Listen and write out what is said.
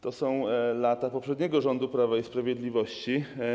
To są lata poprzednich rządów Prawa i Sprawiedliwości.